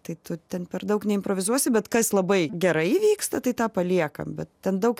tai tu ten per daug neimprovizuosi bet kas labai gerai vyksta tai tą paliekam bet ten daug